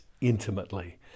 intimately